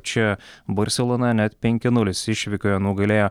čia barselona net penki nulis išvykoje nugalėjo